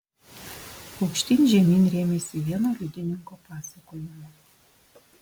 aukštyn žemyn rėmėsi vieno liudininko pasakojimu